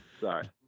Sorry